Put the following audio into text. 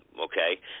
okay